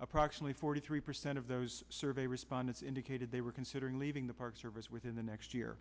approximately forty three percent of those survey respondents indicated they were considering leaving the park service within the next year